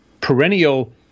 perennial